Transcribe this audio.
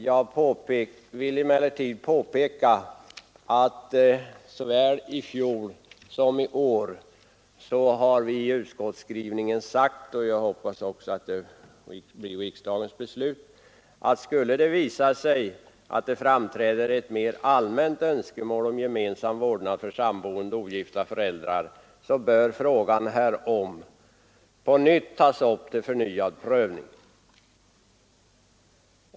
Jag vill emellertid påpeka att såväl i fjol som i år har vi i utskottsskrivningen framhållit — och jag hoppas att detta också blir riksdagens beslut — att skulle det ”visa sig att det framträder ett mer allmänt önskemål om gemensam vårdnad för samboende ogifta föräldrar, bör frågan härom ——— tas upp till förnyad prövning”.